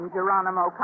Geronimo